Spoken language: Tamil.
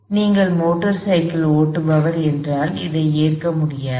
எனவே நீங்கள் மோட்டார் சைக்கிள் ஓட்டுபவர் என்றால் இதை ஏற்க முடியாது